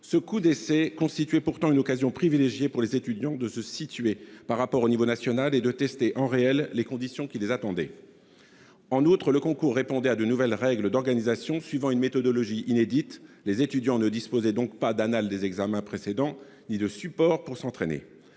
ce coup d'essai constituait pourtant une occasion privilégiée pour les étudiants de se situer par rapport au niveau national et de tester les conditions qui les attendent. En outre, le concours répondait à de nouvelles règles d'organisation, suivant une méthodologie inédite. Les étudiants ne disposaient donc pas d'annales des examens précédents ni de supports pour s'entraîner.